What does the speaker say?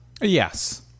Yes